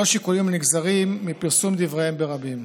ללא שיקולים הנגזרים מפרסום דבריהם ברבים.